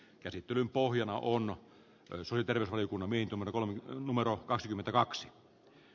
käsittelyn pohjana on osoite rehtori kuno minamotokolme numero kaksikymmentäkaksi